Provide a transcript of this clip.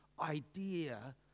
idea